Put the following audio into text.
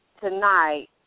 Tonight